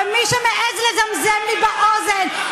ומי שמעז לזמזם לי באוזן,